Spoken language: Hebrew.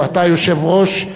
ואתה היושב-ראש,